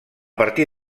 partir